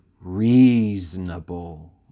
reasonable